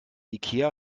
ikea